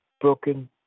broken